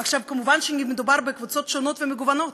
עכשיו, מובן שמדובר בקבוצות שונות ומגוונות,